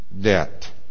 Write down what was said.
debt